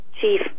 Chief